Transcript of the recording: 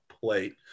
plate